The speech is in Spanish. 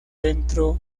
dentro